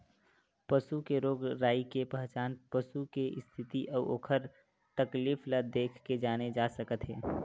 पसू के रोग राई के पहचान पसू के इस्थिति अउ ओखर तकलीफ ल देखके जाने जा सकत हे